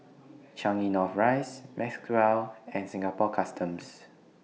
Changi North Rise Maxwell and Singapore Customs